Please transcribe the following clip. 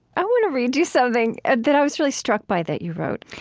i want to read you something and that i was really struck by that you wrote.